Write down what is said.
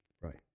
Right